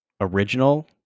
original